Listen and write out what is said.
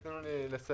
תנו לי לסיים.